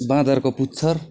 बाँदरको पुच्छर